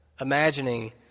imagining